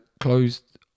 closed